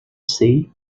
sei